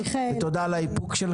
קודם כל, תודה על ההזדמנות.